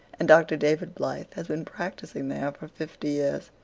and dr. david blythe has been practicing there for fifty years.